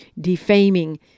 defaming